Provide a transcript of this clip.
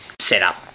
setup